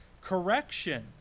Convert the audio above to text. correction